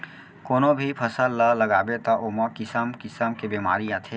कोनो भी फसल ल लगाबे त ओमा किसम किसम के बेमारी आथे